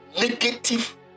negative